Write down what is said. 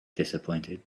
disappointed